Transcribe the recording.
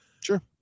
Sure